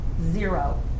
zero